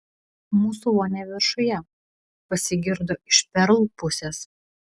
mūsų vonia viršuje pasigirdo iš perl pusės